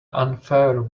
unfair